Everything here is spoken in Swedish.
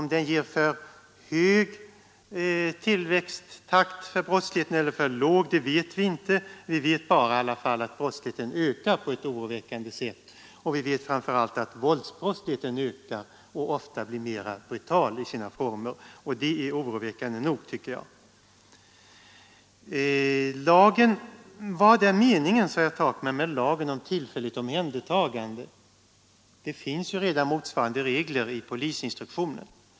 Om den ger för hög tillväxttakt för brottsligheten eller för låg vet vi inte, men vi vet att brottsligheten ökar på ett oroväckande sätt, och vi vet framför allt att våldsbrotten ökar och blir alltmera brutala i sina former. Det är oroväckande nog, tycker jag. Vad är meningen, undrade herr Takman, med lagen om tillfälligt omhändertagande? Det finns ju redan motsvarande regler i polisinstruktionen.